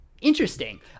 interesting